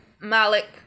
Malik